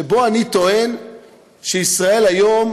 שבו אני טוען ש"ישראל היום"